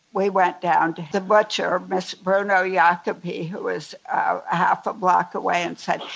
we went down to the butcher, ms. bruno jakoby, who was a half a block away and said,